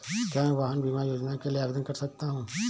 क्या मैं वाहन बीमा योजना के लिए आवेदन कर सकता हूँ?